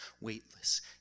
weightless